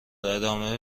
ادامه